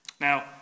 Now